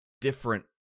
different